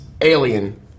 alien